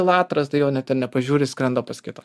latras tai jo net ir nepažiūri skrenda pas kitą